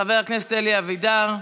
חבר הכנסת אלי אבידר,